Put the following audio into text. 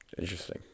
Interesting